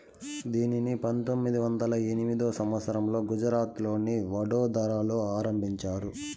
దీనిని పంతొమ్మిది వందల ఎనిమిదో సంవచ్చరంలో గుజరాత్లోని వడోదరలో ఆరంభించారు